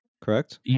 correct